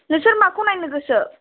नोंसोर माखौ नायनो गोसो